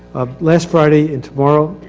last friday and tomorrow,